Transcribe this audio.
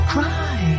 Cry